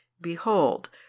Behold